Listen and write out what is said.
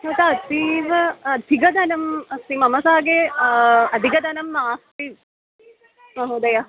तथा अतीव अधिकं धनम् अपि मम साकं अधिकं धनं नास्ति महोदय